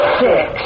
six